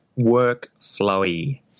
Workflowy